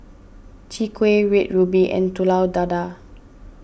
Chwee Kueh Red Ruby and Telur Dadah